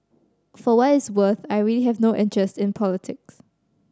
for what it is worth I really have no interest in politics